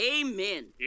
Amen